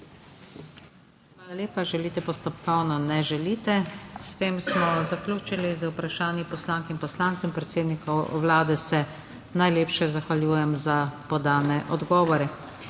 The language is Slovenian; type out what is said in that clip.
Hvala lepa. Želite postopkovno? Ne želite. S tem smo zaključili z vprašanji poslank in poslancev. Predsedniku Vlade se najlepše zahvaljujem za podane odgovore.